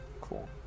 Cool